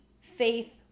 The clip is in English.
faith